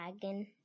dragon